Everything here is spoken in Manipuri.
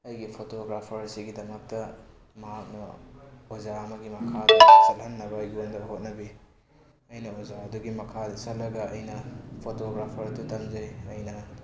ꯑꯩꯒꯤ ꯐꯣꯇꯣꯒ꯭ꯔꯥꯐꯔ ꯑꯁꯤꯒꯤꯗꯃꯛꯇ ꯃꯍꯥꯛꯅ ꯑꯣꯖꯥ ꯑꯃꯒꯤ ꯃꯈꯥꯗ ꯆꯠꯍꯟꯅꯕ ꯑꯩꯉꯣꯟꯗ ꯍꯣꯠꯅꯕꯤ ꯑꯩꯅ ꯑꯣꯖꯥ ꯑꯗꯨꯒꯤ ꯃꯈꯥꯗ ꯆꯠꯂꯒ ꯑꯩꯅ ꯐꯣꯇꯣꯒ꯭ꯔꯥꯐꯔ ꯑꯗꯨ ꯇꯝꯖꯩ ꯑꯩꯅ